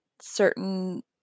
certain